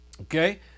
Okay